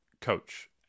coach